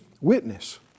witness